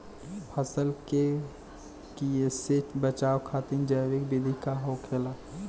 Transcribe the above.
फसल के कियेसे बचाव खातिन जैविक विधि का होखेला?